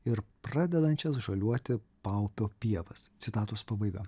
ir pradedančias žaliuoti paupio pievas citatos pabaiga